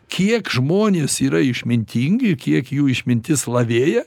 kiek žmonės yra išmintingi kiek jų išmintis lavėja